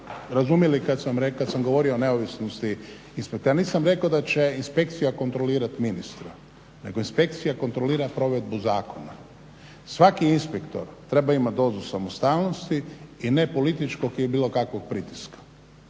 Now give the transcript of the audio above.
razumjeli kad sam govorio o neovisnosti inspektora. Ja nisam rekao da će inspekcija kontrolirati ministra, nego inspekcija kontrolira provedbu zakona. Svaki inspektor treba imati dozu samostalnosti i ne političkog ili bilo kakvog pritiska.